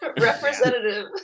Representative